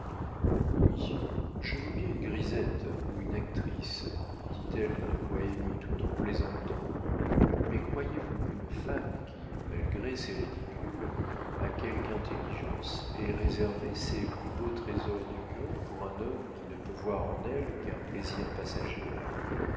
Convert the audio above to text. main oui je vaux bien une grisette ou une actrice dit-elle d'une voix émue tout en plaisantant mais croyez-vous qu'une femme qui malgré ses ridicules a quelque intelligence ait réservé les plus beaux trésors du cœur pour un homme qui ne peut voir en elle qu'un plaisir passager